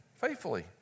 faithfully